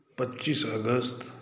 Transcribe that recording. पच्चीस अगस्त